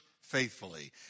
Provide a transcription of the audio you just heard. faithfully